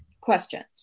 questions